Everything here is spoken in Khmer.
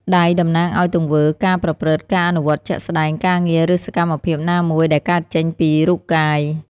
ដៃ តំណាងឱ្យ ទង្វើ ការប្រព្រឹត្ត ការអនុវត្តជាក់ស្ដែង ការងារ ឬសកម្មភាពណាមួយដែលកើតចេញពីរូបកាយ។